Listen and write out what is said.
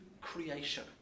creation